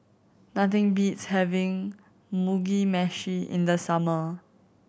nothing beats having Mugi Meshi in the summer